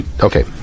Okay